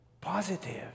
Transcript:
Positive